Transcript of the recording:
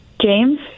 James